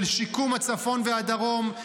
של שיקום הצפון והדרום,